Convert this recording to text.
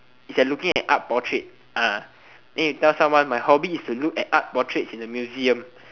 it's like looking at art portraits ah then you tell someone my hobby is to look at art portraits in the museum